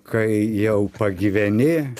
kai jau pagyveni